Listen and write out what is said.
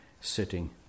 sitting